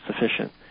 sufficient